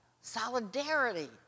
Solidarity